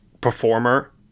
performer